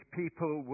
people